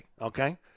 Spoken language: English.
okay